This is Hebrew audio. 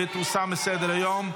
ותוסר מסדר-היום.